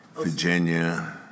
Virginia